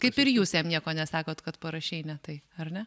kaip ir jūs jam nieko nesakot kad parašei ne tai ar ne